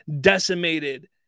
decimated